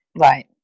right